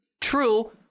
True